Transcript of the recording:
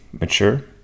mature